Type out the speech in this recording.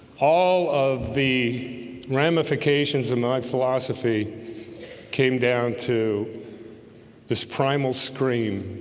all of the ramifications of my philosophy came down to this primal scream